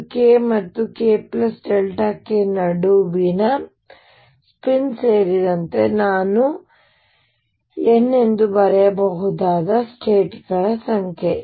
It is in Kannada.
ಇದು K ಮತ್ತು k k ನಡುವಿನ ಸ್ಪಿನ್ ಸೇರಿದಂತೆ ನಾನು N ಎಂದು ಬರೆಯಬಹುದಾದ ಸ್ಟೇಟ್ ಗಳ ಸಂಖ್ಯೆ